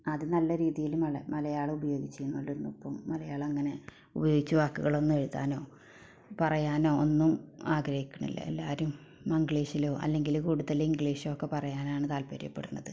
ആദ്യം നല്ല രീതിയിൽ മലയാളം ഉപയോഗിച്ച്ന്നള്ളതിനോടൊപ്പം മലയാളം അങ്ങനെ ഉപയോഗിച്ച് വാക്കുകളൊന്നും എഴുതാനോ പറയാനോ ഒന്നും ആഗ്രഹിക്കണില്ല എല്ലാവരും മങ്ക്ളീഷിലോ അല്ലെങ്കിൽ കൂടുതൽ ഇങ്ക്ളീഷോക്കെ പറയാനാണ് താൽപ്പര്യപ്പെടണത്